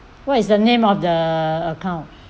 what is the name of the account